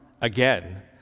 again